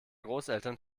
großeltern